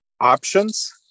options